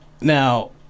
Now